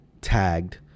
tagged